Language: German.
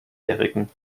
jährigen